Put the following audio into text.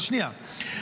אבל שנייה,